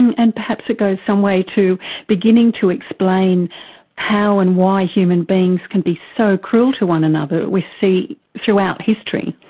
and perhaps it goes some way to beginning to explain how and why human beings can be so cruel to one another that we see throughout history.